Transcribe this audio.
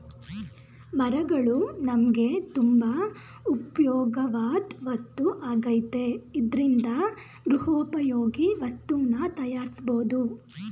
ಮರಗಳು ನಮ್ಗೆ ತುಂಬಾ ಉಪ್ಯೋಗವಾಧ್ ವಸ್ತು ಆಗೈತೆ ಇದ್ರಿಂದ ಗೃಹೋಪಯೋಗಿ ವಸ್ತುನ ತಯಾರ್ಸ್ಬೋದು